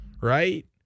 right